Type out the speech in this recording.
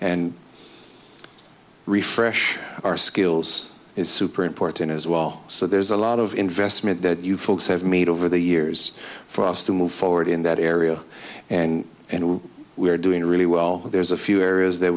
and refresh our skills is super important as well so there's a lot of investment that you folks have made over the years for us to move forward in that area and and we're we're doing really well there's a few areas that